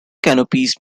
canopies